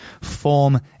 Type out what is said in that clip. form